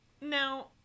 now